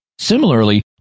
Similarly